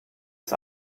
ist